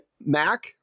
Mac